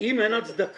אם אין הצדקה,